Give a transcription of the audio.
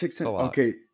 Okay